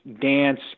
dance